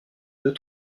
deux